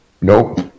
Nope